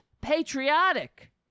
patriotic